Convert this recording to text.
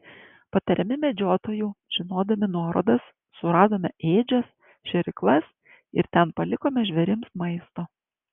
patariami medžiotojų žinodami nuorodas suradome ėdžias šėryklas ir ten palikome žvėrims maisto